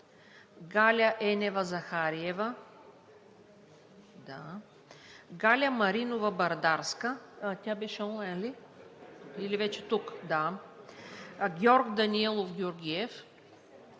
Галя Енева Захариев - тук Галя Маринова Бърдарска - тук Георг Даниелов Георгиев